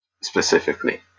specifically